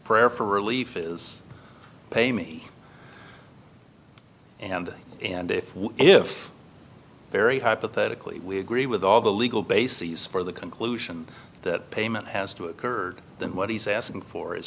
prayer for relief is pay me and and if if very hypothetically we agree with all the legal basis for the conclusion that payment has to occurred then what he's asking for is